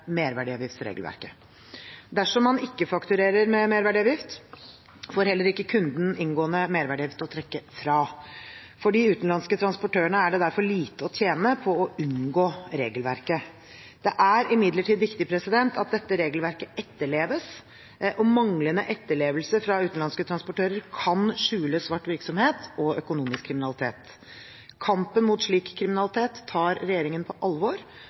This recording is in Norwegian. merverdiavgiftsregelverket. Dersom man ikke fakturerer med merverdiavgift, får heller ikke kunden noen inngående merverdiavgift å trekke ifra. For de utenlandske transportørene er det derfor lite å tjene på å unngå merverdiavgiftsregelverket. Det er imidlertid viktig at dette regelverket etterleves, og manglende etterlevelse fra utenlandske transportører kan skjule svart virksomhet og økonomisk kriminalitet. Kampen mot slik kriminalitet tar regjeringen på alvor,